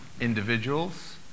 individuals